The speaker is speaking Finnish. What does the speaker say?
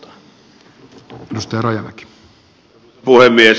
arvoisa puhemies